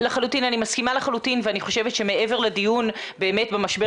אני מסכימה לחלוטין ואני חושבת שמעבר לדיון באמת במשבר